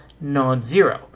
non-zero